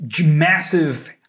massive